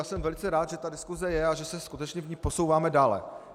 Jsem velice rád, že ta diskuse je a že se skutečně v ní posouváme dále.